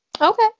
Okay